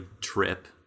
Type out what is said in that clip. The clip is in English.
trip